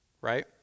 right